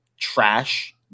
trash